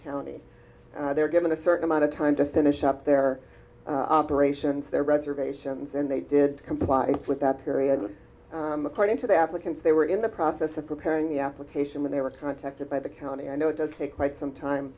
county they were given a certain amount of time to finish up their operations their reservations and they did comply with that period according to the applicants they were in the process of preparing the application when they were contacted by the county i know it does take quite some time